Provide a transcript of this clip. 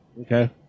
Okay